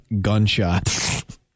gunshot